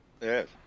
Yes